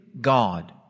God